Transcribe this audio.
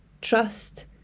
trust